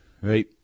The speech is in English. Right